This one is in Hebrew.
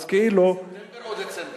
אז כאילו, ספטמבר או דצמבר?